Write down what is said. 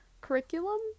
curriculum